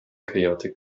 chaotic